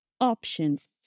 Options